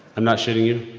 i'm not shitting you.